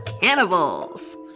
cannibals